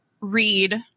read